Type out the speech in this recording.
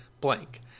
Blank